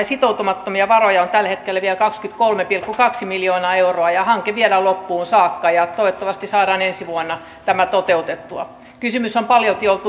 sitoutumattomia varoja on tällä hetkellä vielä kaksikymmentäkolme pilkku kaksi miljoonaa euroa hanke viedään loppuun saakka ja toivottavasti saadaan ensi vuonna tämä toteutettua kysymys on paljolti ollut